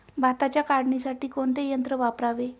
भाताच्या काढणीसाठी कोणते यंत्र वापरावे?